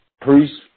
priests